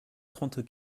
trente